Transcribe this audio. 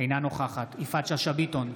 אינה נוכחת יפעת שאשא ביטון,